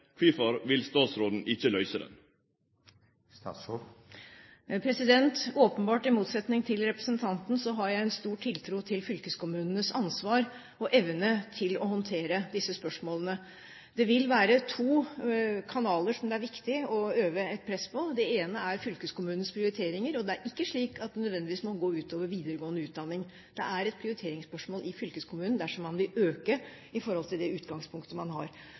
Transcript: Kvifor vil statsråden ikkje løyse den? Åpenbart i motsetning til representanten har jeg stor tiltro til fylkeskommunenes ansvar og evne til å håndtere disse spørsmålene. Det vil være to kanaler som det er viktig å øve et press på. Den ene er fylkeskommunens prioriteringer. Det er ikke slik at det nødvendigvis må gå ut over videregående utdanning. Det er et prioriteringsspørsmål i fylkeskommunen dersom man vil øke i forhold til det utgangspunktet man har.